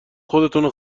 خودتونو